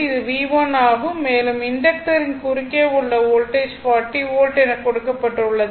இது V1 ஆகும் மேலும் இண்டக்டரின் குறுக்கே உள்ள வோல்டேஜ் 40 வோல்ட் எனக் கொடுக்கப்பட்டுள்ளது